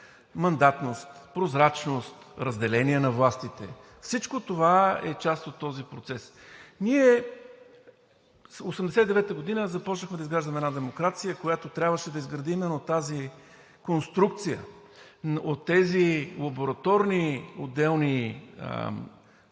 мандатност, прозрачност, разделение на властите. Всичко това е част от този процес. Ние – 1989 г. започнахме, да изграждаме една демокрация, която трябваше да изгради именно тази конструкция, от тези лабораторни отделни съдове